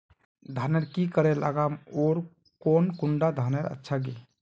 धानेर की करे लगाम ओर कौन कुंडा धानेर अच्छा गे?